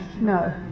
No